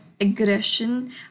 aggression